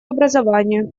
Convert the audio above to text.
образованию